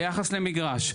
ביחס למגרש,